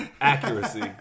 accuracy